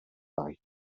fight